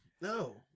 No